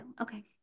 Okay